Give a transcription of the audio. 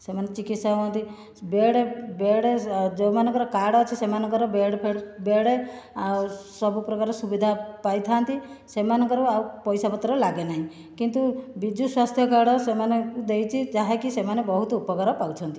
ସେମାନେ ଚିକିତ୍ସା ହୁଅନ୍ତି ବେଡ଼୍ ବେଡ଼୍ ଯେଉଁମାନଙ୍କର କାର୍ଡ଼ ଅଛି ସେମାନଙ୍କର ବେଡ଼୍ ଫେଡ଼ ବେଡ଼୍ ଆଉ ସବୁପ୍ରକାର ସୁବିଧା ପାଇଥାନ୍ତି ସେମାନଙ୍କର ଆଉ ପାଇସପତ୍ର ଲାଗେ ନାହିଁ କିନ୍ତୁ ବିଜୁ ସ୍ଵାସ୍ଥ୍ୟ କାର୍ଡ଼ ସେମାନେ ଦେଇଛି ଯାହାକି ସେମାନେ ବହୁତ ଉପକାର ପାଉଛନ୍ତି